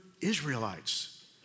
Israelites